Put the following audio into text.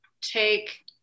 take